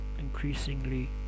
increasingly